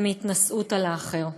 ומהתנשאות על האחר.